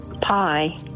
Pie